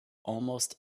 almost